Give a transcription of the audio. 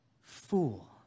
Fool